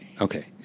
okay